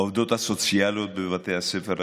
העובדות הסוציאליות בבתי הספר,